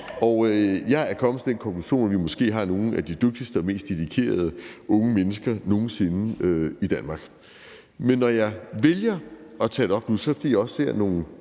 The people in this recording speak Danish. at jeg er kommet til den konklusion, at vi måske har nogle af de dygtigste og mest dedikerede unge mennesker nogen sinde i Danmark. Men når jeg vælger at tage det op nu, er det, fordi jeg også ser nogle